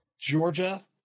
Georgia